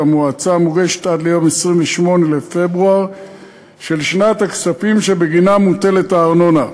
המועצה מוגשת עד יום 28 בפברואר של שנת הכספים שבגינה הארנונה מוטלת.